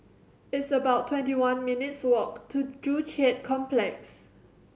it's about twenty one minutes' walk to Joo Chiat Complex